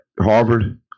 Harvard